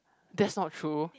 that's not true